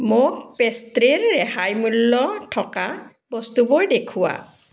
মোক পেষ্ট্ৰিৰ ৰেহাই মূল্য থকা বস্তুবোৰ দেখুওৱা